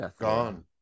gone